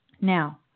Now